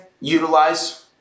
utilize